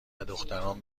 دختران